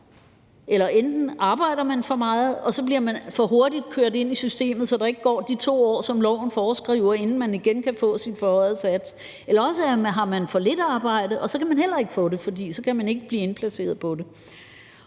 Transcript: meget og arbejder for meget, og så bliver man for hurtigt kørt ind i systemet, så der ikke går de 2 år, som loven foreskriver, inden man igen kan få sin forhøjede sats, eller også har man for lidt arbejde, og så kan man heller ikke få det, for så kan man ikke blive indplaceret på det.